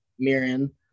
mirin